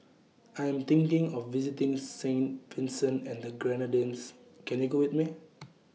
I Am thinking of visiting Saint Vincent and The Grenadines Can YOU Go with Me